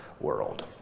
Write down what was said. world